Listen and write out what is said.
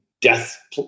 death